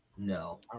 No